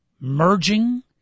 Merging